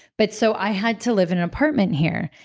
but so i had to live in an apartment here.